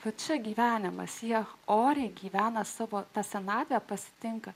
kad čia gyvenimas jie oriai gyvena savo senatvę pasitinka